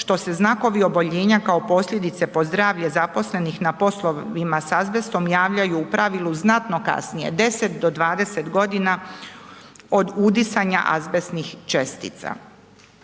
što se znakovi oboljenja kao posljedice po zdravlje zaposlenih na poslovima s azbestom, javljaju u pravilu znatno kasnije, 10 do 20 g. od udisanja azbestnih čestica.